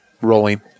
rolling